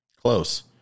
Close